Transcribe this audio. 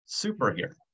superhero